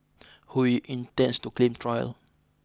Hui intends to claim trial